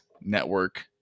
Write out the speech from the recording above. network